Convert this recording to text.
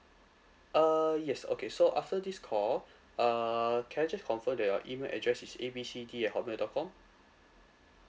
uh yes okay so after this call uh can I just confirm that your email address is A B C D at hotmail dot com